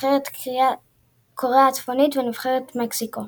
נבחרת קוריאה הצפונית, ונבחרת מקסיקו.